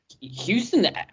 Houston